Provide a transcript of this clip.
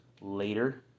later